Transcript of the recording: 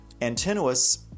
Antinous